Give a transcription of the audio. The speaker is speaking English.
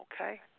Okay